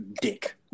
dick